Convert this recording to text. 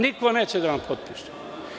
Niko neće da vam potpiše.